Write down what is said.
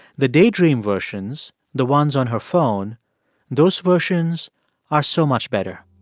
the daydream versions the ones on her phone those versions are so much better.